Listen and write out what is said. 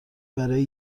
برای